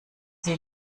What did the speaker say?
sie